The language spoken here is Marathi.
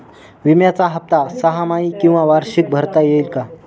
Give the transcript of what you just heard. विम्याचा हफ्ता सहामाही किंवा वार्षिक भरता येईल का?